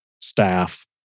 staff